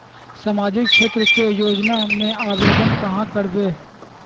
सामाजिक क्षेत्र के योजना में आवेदन कहाँ करवे?